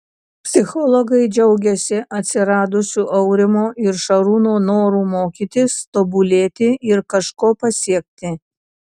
psichologai džiaugiasi atsiradusiu aurimo ir šarūno noru mokytis tobulėti ir kažko pasiekti